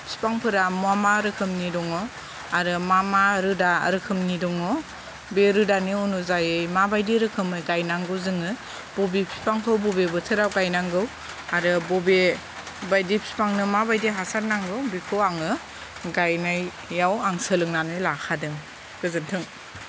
बिफांफोरा मा मा रोखोमनि दङ आरो मा मा रोदा रोखोमनि दङ बे रोदानि अनुजायै माबायदि रोखोमै गायनांगौ जोङो बबे बिफांखौ बबे बोथोराव गायनांगौ आरो बबे बायदि बिफांनो माबायदि हासार नांगौ बेखौ आङो गायनायाव आं सोलोंनानै लाखादों गोजोन्थों